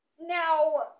Now